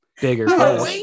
bigger